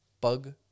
bug